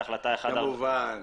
כמובן.